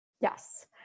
Yes